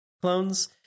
clones